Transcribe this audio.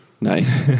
Nice